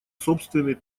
собственный